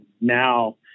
now